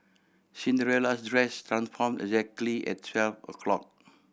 Cinderella's dress transformed exactly at twelve o' clock